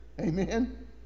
Amen